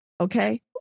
okay